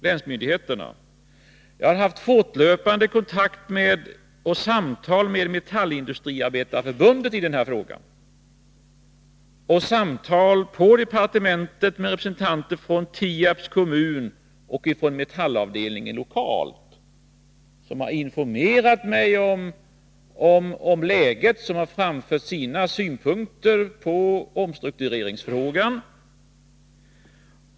Jag har haft fortlöpande kontakter och samtal med representanter för Metallindustriarbetareförbundet och samtal på departementet med representanter för Tierps kommun och för metallavdelningen lokalt. De har informerat mig om läget och framfört sina synpunkter på omstruktureringsfrågan.